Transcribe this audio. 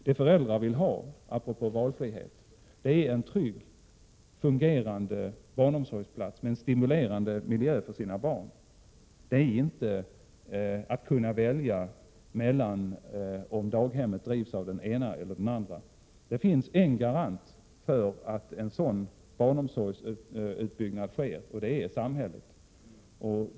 Vad föräldrar vill ha — apropå valfrihet — är en trygg, fungerande barnomsorgsplats med en stimulerande miljö för sina barn, och inte valfrihet mellan daghem drivna av olika huvudmän. Det finns en garant för att en sådan barnomsorgsutbyggnad sker, och det är samhället.